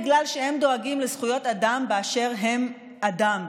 בגלל שהם דואגים לזכויות אדם באשר הוא אדם,